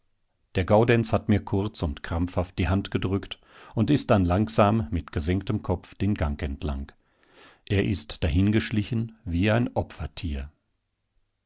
der gaudenz hat mir kurz und krampfhaft die hand gedrückt und ist dann langsam mit gesenktem kopf den gang entlang er ist dahingeschlichen wie ein opfertier